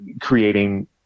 creating